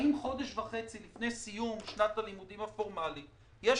האם חודש וחצי לפני סיום שנת הלימודים הפורמלית יש